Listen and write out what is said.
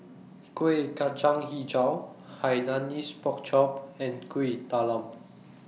Kueh Kacang Hijau Hainanese Pork Chop and Kuih Talam